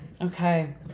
okay